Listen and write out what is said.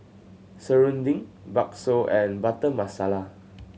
Serunding Bakso and Butter Masala